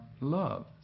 love